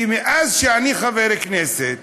כי מאז שאני חבר כנסת